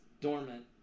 dormant